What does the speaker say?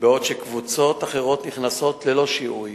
בעוד שקבוצות אחרות נכנסות ללא שיהוי.